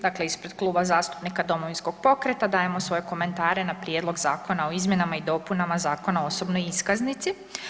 Dakle, ispred Kluba zastupnika Domovinskog pokreta dajemo svoje komentare na prijedlog Zakona o izmjenama i dopunama Zakona o osobnoj iskaznici.